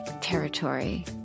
territory